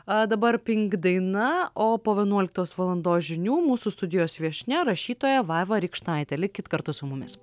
a dabar pink daina o po vienuoliktos valandos žinių mūsų studijos viešnia rašytoja vaiva rykštaitė likit kartu su mumis